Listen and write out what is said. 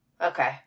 Okay